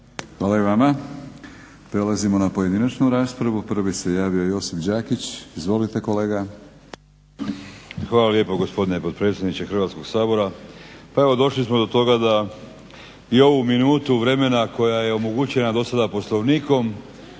Hvala i vama. Prelazimo na pojedinačnu raspravu. Prvi se javo Josip Đakić. Izvolite kolega. **Đakić, Josip (HDZ)** Hvala lijepo gospodine potpredsjedniče Hrvatskoga sabora. Pa evo došli smo do toga da i ovu minutu vremena koja je omogućena do sada Poslovnikom